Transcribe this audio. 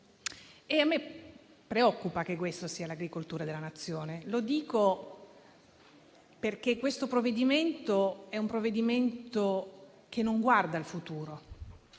A me preoccupa che questa sia l'agricoltura della Nazione. Lo dico perché quello in esame è un provvedimento che non guarda al futuro,